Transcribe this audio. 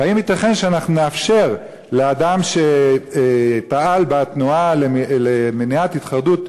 והאם ייתכן שאנחנו נאפשר לאדם שפעל בתנועה למניעת התחרדות